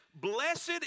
Blessed